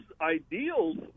ideals